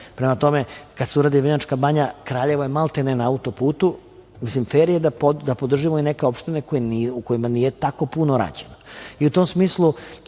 Prema tome, kada se uradi Vrnjačka Banja, Kraljevo je maltene na auto-putu. Mislim, fer je da podržimo i neke opštine u kojima nije tako puno rađeno. I u tom smislu